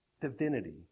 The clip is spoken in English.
divinity